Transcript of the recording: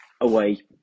away